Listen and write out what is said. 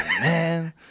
man